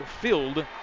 filled